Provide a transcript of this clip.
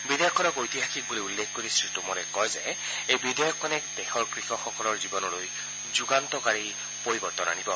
বিধেয়কখনক ঐতিহাসিক বুলি উল্লেখ কৰি শ্ৰীটৌমৰে কয় যে এই বিধেয়কখনে দেশৰ কৃষকসকলৰ জীৱনলৈ যুগান্তকাৰী পৰিৱৰ্তন আনিব